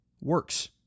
works